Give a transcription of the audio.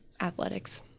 athletics